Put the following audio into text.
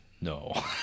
No